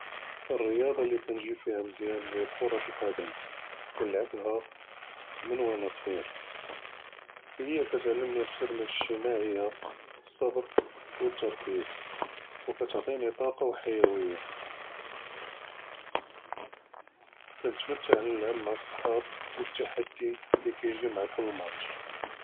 אֶלְרִיַּاضָה לִי כַּאנְגִ'יב פִיהָ מְזְיַאן הִי כֻּרַת אֶלְקַדָּם, כַּאנְלַעֵבְּהָ מִן אָנַא ṣְغִיר, הִי כַּאתְעַלְמִי אֶלְחְ'דְמָה אֶלְאִגְתִ'מָاعִיָה, אֶלְصְּבְּר וְאֶלְתַּרְכִּיז, וְכַאתְעְטִינִי טַאקַּה וְחַיּוּיָה, כַּאנְתְמַתַּע נְלַעֵב מַעַּ Ṣְחַאב וְאֶלְתַּחַדִּי לִי כַּאיְגִ'י מַעַּ כֻּל מָאטְש.